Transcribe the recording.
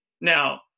Now